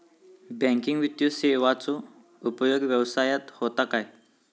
Banking वित्तीय सेवाचो उपयोग व्यवसायात होता काय?